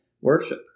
worship